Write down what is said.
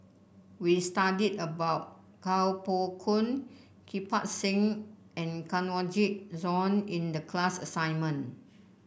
we studied about Kuo Pao Kun Kirpal Singh and Kanwaljit Soin in the class assignment